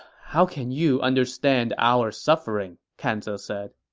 how can you understand our suffering? kan ze said